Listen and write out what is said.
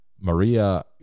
Maria